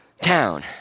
town